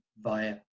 via